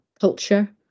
culture